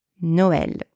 Noël